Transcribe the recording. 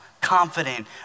confident